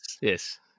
yes